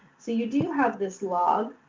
so, you do have this log,